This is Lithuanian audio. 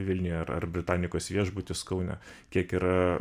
vilniuje ar ar britanikos viešbutis kaune kiek yra